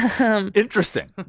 interesting